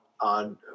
on